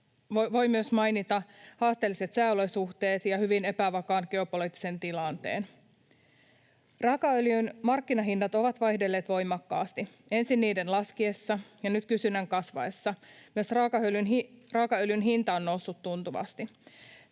myös haasteelliset sääolosuhteet ja hyvin epävakaan geopoliittisen tilanteen. Raakaöljyn markkinahinnat ovat vaihdelleet voimakkaasti: ensin ne laskivat, ja nyt kysynnän kasvaessa raakaöljyn hinta on noussut tuntuvasti.